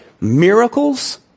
Miracles